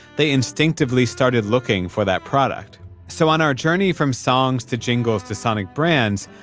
they instinctively started looking for that product so on our journey from songs to jingles to sonic brands,